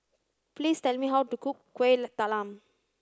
please tell me how to cook Kueh Talam